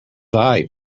eye